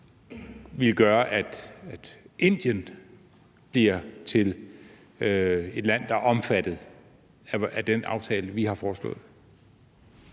ville gøre, at Indien bliver til et land, der er omfattet af den aftale, vi har foreslået.